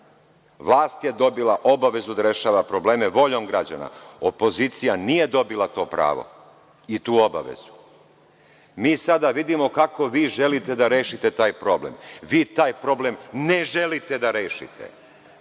Vlast je dobila obavezu da rešava probleme voljom građana, a opozicija nije dobila to pravo i tu obavezu. Mi sada vidimo da kako vi želite da rešite taj problem. Vi taj problem ne želite da rešite.